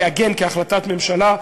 תעגן כהחלטת ממשלה.